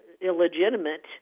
illegitimate